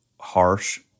harsh